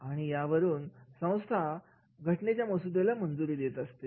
आणि यावरून संस्था अशा घटनेच्या मसुद्याला मंजुरी देत असते